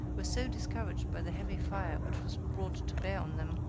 were so discouraged by the heavy fire which was brought to bear on them,